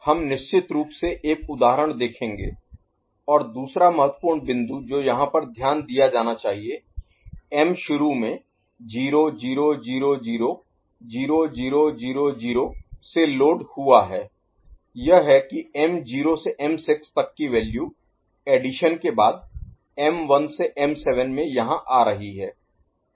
हम निश्चित रूप से एक उदाहरण देखेंगे और दूसरा महत्वपूर्ण बिंदु जो यहाँ पर ध्यान दिया जाना चाहिए m शुरू में 0000 0000 से लोड हुआ है यह है कि m0 से m6 तक की वैल्यू एडिशन के बाद m1 से m7 में यहाँ आ रही है